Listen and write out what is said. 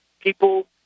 People